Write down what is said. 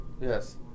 yes